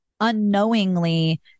unknowingly